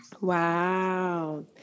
Wow